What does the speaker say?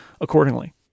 accordingly